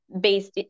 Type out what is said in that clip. based